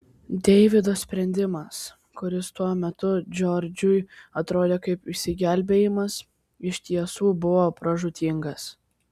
deivido sprendimas kuris tuo metu džordžui atrodė kaip išsigelbėjimas iš tiesų buvo pražūtingas